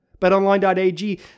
BetOnline.ag